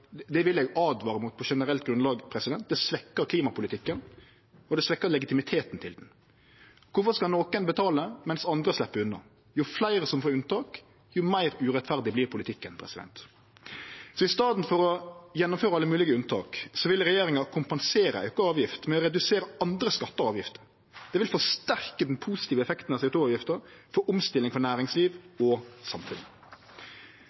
Det vil eg åtvare imot på generelt grunnlag. Det svekkjer klimapolitikken, og det svekkjer legitimiteten til klimapolitikken. Kvifor skal nokre betale, mens andre slepp unna? Jo fleire som får unntak, jo meir urettferdig vert politikken. I staden for å gjennomføre alle moglege unntak vil regjeringa kompensere auka avgift med å redusere andre skattar og avgifter. Det vil forsterke den positive effekten av CO 2 -avgifta på omstilling for